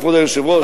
כבוד היושב-ראש,